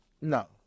no